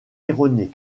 erronée